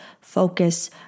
focus